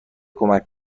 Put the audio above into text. کمک